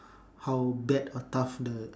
how bad or tough the